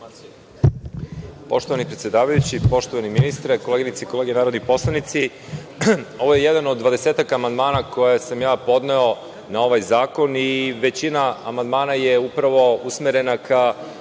Poštovani predsedavajući, poštovani ministre, koleginice i kolege narodni poslanici, ovo je jedan od 20-ak amandmana koje sam podneo na ovaj zakon i većina amandmana je upravo usmerena ka